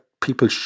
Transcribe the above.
people